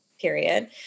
period